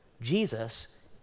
Jesus